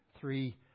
three